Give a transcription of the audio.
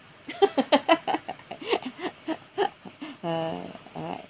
uh right